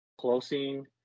closing